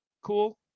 cool